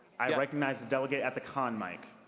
i recognize the delegate at the con mic.